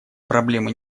проблемы